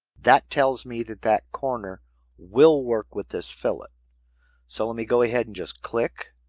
that tells me that that corner will work with this fillet. so, let me go ahead and just click.